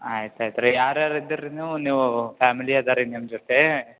ಆಯ್ತು ಆಯ್ತು ರೀ ಯಾರ್ಯಾರು ಇದ್ದಿರಿ ರೀ ನೀವು ನೀವು ಫ್ಯಾಮಿಲಿ ಅದಾರೆ ರೀ ನಿಮ್ಮ ಜೊತೆ